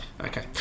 okay